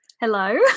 Hello